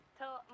Tell